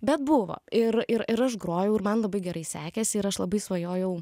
bet buvo ir ir ir aš grojau ir man labai gerai sekėsi ir aš labai svajojau